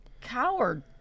coward